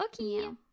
Okay